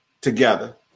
together